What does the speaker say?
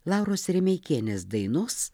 lauros remeikienės dainos